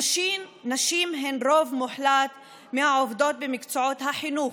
נשים הן רוב מוחלט מהעובדות במקצועות החינוך,